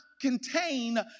contain